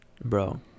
bro